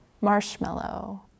marshmallow